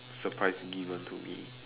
surprise given to me